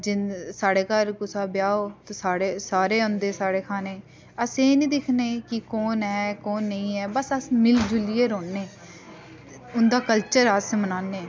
जे साढ़े घर कुसै दा ब्याह् हो ते साढ़े सारे आंदे साढ़ै खाने ई अस एह् नी दिक्खने कि कु'न ऐ कु'न नेईं ऐ बस अस मिली जुलियै रौह्ने उं'दा कल्चर अस मनान्ने